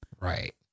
right